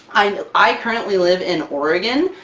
i currently live in oregon,